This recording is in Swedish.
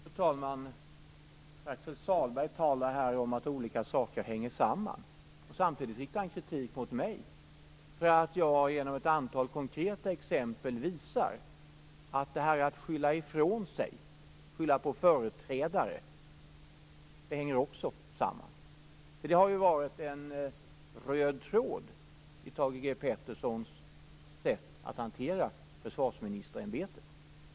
Fru talman! Pär-Axel Sahlberg talar här om att olika saker hänger samman. Samtidigt riktar han kritik mot mig för att jag genom ett antal konkreta exempel visar att metoden att skylla ifrån sig och skylla på företrädare också hänger samman med detta. Det har varit en röd tråd i Thage G Petersons sätt att hantera försvarsministerämbetet.